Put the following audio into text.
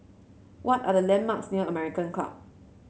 what are the landmarks near American Club